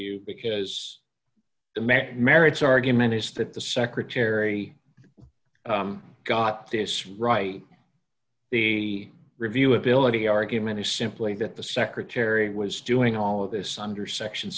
you because the man merits argument is that the secretary got this right the review ability argument is simply that the secretary was doing all of this under section